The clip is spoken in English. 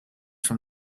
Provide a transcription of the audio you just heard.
from